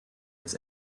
its